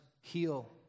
heal